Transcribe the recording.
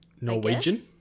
Norwegian